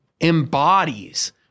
embodies